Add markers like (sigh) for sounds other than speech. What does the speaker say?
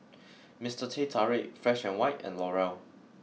(noise) Mister Teh Tarik fresh and white and L'Oreal